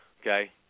okay